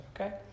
okay